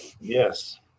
Yes